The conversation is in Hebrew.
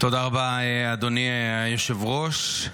תודה רבה, אדוני היושב-ראש.